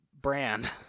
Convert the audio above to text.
brand